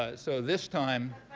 ah so this time,